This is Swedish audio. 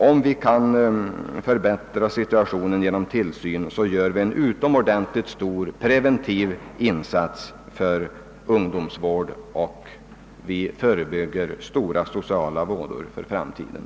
Om vi kan förbättra deras situation genom ökad tillsynsverksamhet, gör vi enligt min me ning, en utomordentligt stor preventiv insats inom ungdomsvården och förebygger svåra sociala vådor för framtiden.